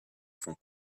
font